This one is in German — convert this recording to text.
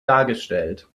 dargestellt